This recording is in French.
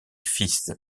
fils